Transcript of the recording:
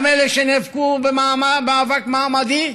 גם אלה שנאבקו במאבק מעמדי